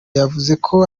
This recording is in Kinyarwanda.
yavuzeko